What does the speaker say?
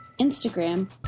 Instagram